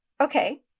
Okay